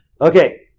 Okay